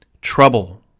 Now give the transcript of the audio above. Trouble